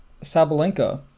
Sabalenka